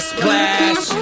Splash